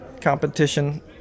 competition